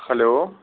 hello